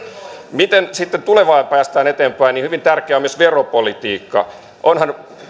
miten sitten tulevaan päästään eteenpäin hyvin tärkeää on myös veropolitiikka onhan